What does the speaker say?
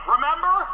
Remember